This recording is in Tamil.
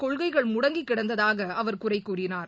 கொள்கைகள் முடங்கிக் கிடந்ததாக அவர் குறை கூறினார்